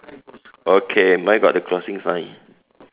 okay mine got the crossing sign